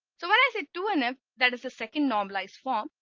so when i said to and if that is the second normalized form,